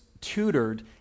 tutored